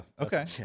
Okay